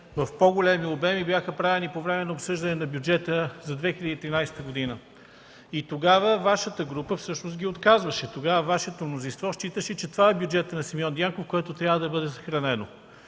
в по-големи обеми бяха правени по време на обсъждането на бюджета за 2013 г. Тогава Вашата група всъщност ги отказваше, тогава Вашето мнозинство считаше, че това е бюджетът на Симеон Дянков, който трябва да бъде съхранен.